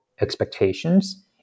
expectations